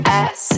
ass